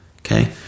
okay